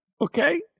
okay